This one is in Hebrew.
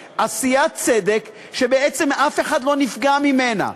צדק, עשיית צדק, ובעצם אף אחד לא נפגע ממנה.